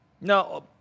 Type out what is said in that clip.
Now